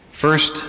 First